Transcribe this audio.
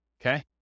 okay